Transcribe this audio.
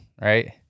right